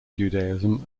judaism